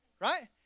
right